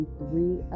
three